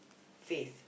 faith